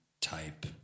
type